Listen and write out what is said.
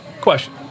question